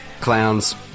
clowns